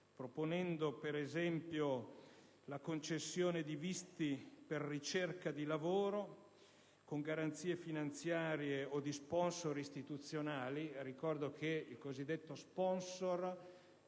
proponendo, per esempio, la concessione di visti per ricerca di lavoro, con garanzie finanziarie o di *sponsor* istituzionali. Ricordo che il cosiddetto *sponsor,*